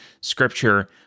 scripture